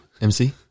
mc